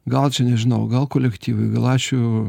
gal čia nežinau gal kolektyvui gal ačiū